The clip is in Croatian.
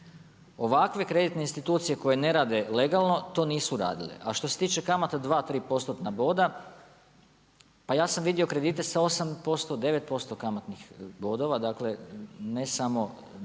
Ovakve kreditne institucije koje ne rade legalno to nisu radile. A što se tiče kamata 2, 3%-tna boda, pa ja sam vidio kredite sa 8%, 9% kamatnih bodova, dakle ne samo